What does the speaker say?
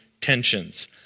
tensions